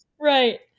Right